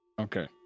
okay